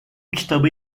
kitabı